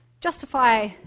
justify